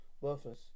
worthless